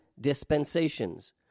dispensations